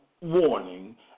warning